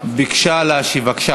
יש לך שלוש דקות להשיב.